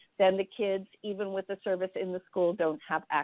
then the kids, even with the service in the schools, don't have